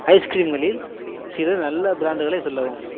ice கிரீம்களில் சில நல்ல பிராண்டுகளை சொல்லவும்